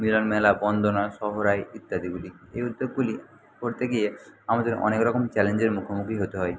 মিলনমেলা বন্দনা সহরাই ইত্যাদিগুলি এই উদ্যোগগুলি করতে গিয়ে আমাদের অনেক রকম চ্যালেঞ্জের মুখোমুখি হতে হয়